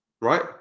Right